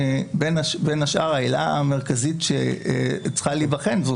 בין השאר העילה המרכזית שצריכה להיבחן זו